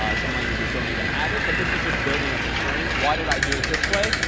ah some languages don't even have it. but this is just building up a string. why did i do with this way?